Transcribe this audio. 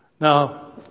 Now